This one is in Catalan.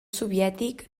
soviètic